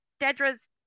Dedra's